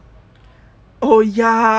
oh ya I didn't